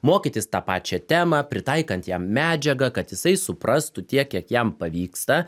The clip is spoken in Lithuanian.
mokytis tą pačią temą pritaikant jam medžiagą kad jisai suprastų tiek kiek jam pavyksta